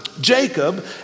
Jacob